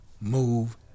move